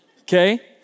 okay